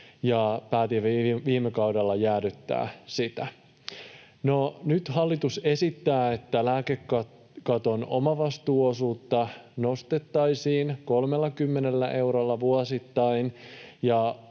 ja päätimme viime kaudella jäädyttää sitä. No nyt hallitus esittää, että lääkekaton omavastuuosuutta nostettaisiin 30 eurolla vuosittain,